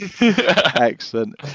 Excellent